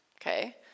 okay